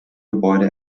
gebäude